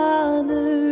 Father